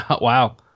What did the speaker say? Wow